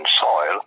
soil